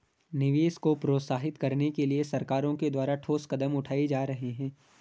निवेश को प्रोत्साहित करने के लिए सरकारों के द्वारा ठोस कदम उठाए जा रहे हैं